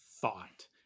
thought